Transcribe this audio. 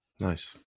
nice